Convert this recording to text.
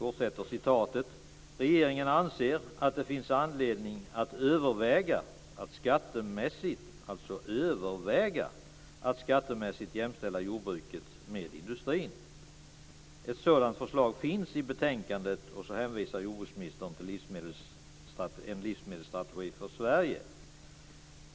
Det står vidare i vårpropositionen: Regeringen anser att det finns anledning att överväga att skattemässigt jämställa jordbruket med industrin. Ett sådant förslag finns i betänkandet. Och sedan hänvisar jordbruksministern till En livsmedelsstrategi för Sverige